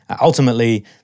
Ultimately